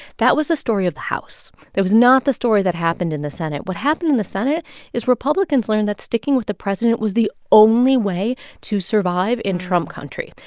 that was the story of the house. that was not the story that happened in the senate. what happened in the senate is republicans learned that sticking with the president was the only way to survive in trump country.